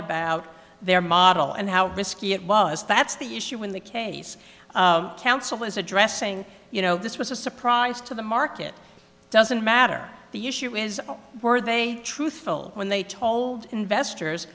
about their model and how risky it was that's the issue in the case council is addressing you know this was a surprise to the market doesn't matter the issue is were they truthful when they told investors